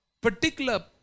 particular